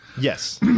Yes